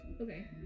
Okay